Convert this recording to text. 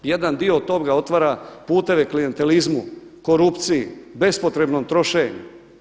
Jedan dio toga otvara puteve klijentelizmu, korupciji, bespotrebnom trošenju.